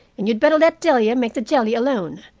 and you'd better let delia make the jelly alone.